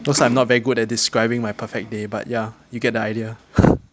cause I'm not very good at describing my perfect day but ya you get the idea